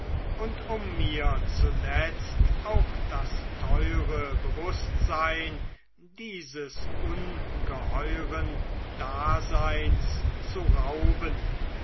und um mir zuletzt auch das teure bewußtsein dieses ungeheuren daseins zu rauben